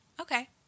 Okay